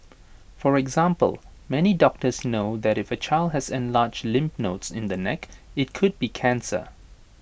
for example many doctors know that if the child has enlarged lymph nodes in the neck IT could be cancer